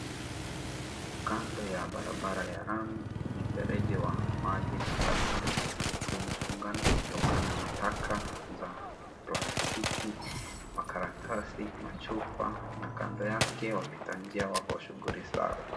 Kando ya barabara ya lami, mfereji wa maji taka umefungana kutokana na taka za plastiki, makaratasi, machupa na kando yake wapitanjia wapo shughuli zao.